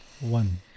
one